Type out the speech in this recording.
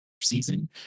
season